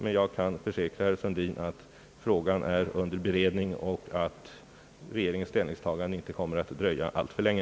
Men jag kan försäkra herr Sundin att frågan är under beredning och att regeringens ställningstagande inte kommer att dröja alltför länge.